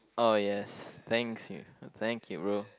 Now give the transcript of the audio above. oh yes thanks thank you bro